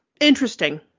interesting